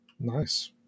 Nice